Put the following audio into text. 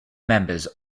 members